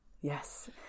Yes